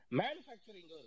manufacturing